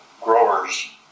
growers